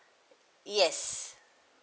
yes